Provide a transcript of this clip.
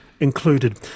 Included